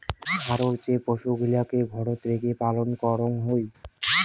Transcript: খারর যে পশুগিলাকে ঘরত রেখে পালন করঙ হউ